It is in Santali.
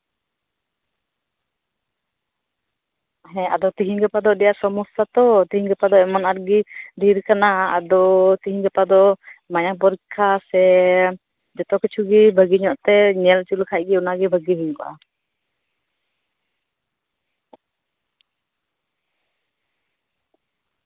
ᱟᱫᱚ ᱛᱮᱦᱮᱧ ᱜᱟᱯᱟ ᱫᱚ ᱟᱹᱰᱤ ᱟᱸᱴ ᱥᱚᱢᱚᱥᱥᱟ ᱛᱚ ᱛᱮᱦᱮᱧ ᱜᱟᱯᱟ ᱫᱚ ᱟᱹᱰᱤ ᱟᱸᱴ ᱜᱮ ᱵᱷᱤᱲ ᱠᱟᱱᱟ ᱟᱫᱚ ᱛᱮᱦᱮᱧ ᱜᱟᱯᱟ ᱫᱚ ᱢᱟᱭᱟᱢ ᱯᱚᱨᱤᱠᱠᱷᱟ ᱥᱮ ᱡᱚᱛᱚ ᱠᱤᱪᱷᱩ ᱜᱮ ᱵᱷᱟᱜᱮ ᱧᱚᱜᱽᱛᱮ ᱧᱮᱞ ᱦᱚᱪᱚᱜ ᱞᱮᱠᱷᱟᱡ ᱚᱱᱟ ᱜᱮ ᱵᱷᱟᱜᱮ ᱦᱩᱭ ᱠᱚᱜᱼᱟ